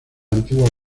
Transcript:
antigua